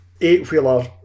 eight-wheeler